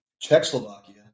Czechoslovakia